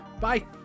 Bye